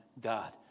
God